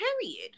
period